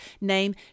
name